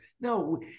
No